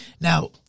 now